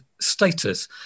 status